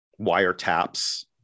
wiretaps